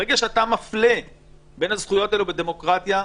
ברגע שאתה מפלה בין הזכויות האלה בדמוקרטיה,